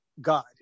God